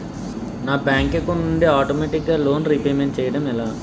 నా bank account నుండి ఆటోమేటిగ్గా లోన్ రీపేమెంట్ చేయడం ఎలా?